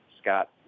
Scott